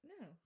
No